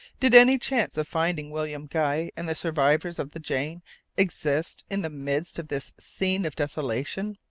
did any chance of finding william guy and the survivors of the jane exist in the midst of this scene of desolation?